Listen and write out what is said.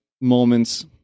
moments